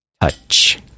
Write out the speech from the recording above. touch